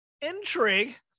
intrigue